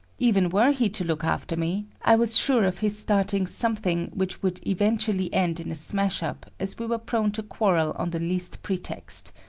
even were he to look after me, i was sure of his starting something which would eventually end in a smash-up as we were prone to quarrel on the least pretext.